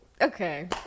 Okay